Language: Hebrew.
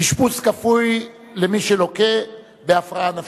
אשפוז כפוי למי שלוקה בהפרעה נפשית).